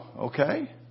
okay